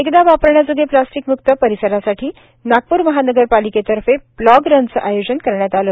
एकदा वापरण्याजोगे प्लास्टीक मुक्ती परिसरासाठी नागपूर महानगरपालिकातर्फे प्लाॅग रनचं आयोजन करण्यात आलं